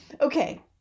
Okay